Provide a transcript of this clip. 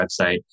website